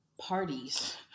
parties